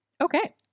Okay